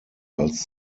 als